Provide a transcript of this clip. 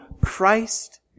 Christ